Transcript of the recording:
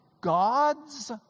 God's